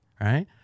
right